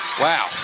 Wow